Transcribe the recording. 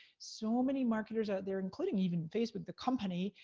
so many marketers out there, including even facebook, the company,